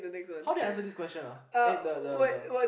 how did I answer this question ah eh the the the